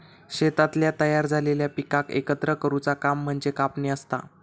शेतातल्या तयार झालेल्या पिकाक एकत्र करुचा काम म्हणजे कापणी असता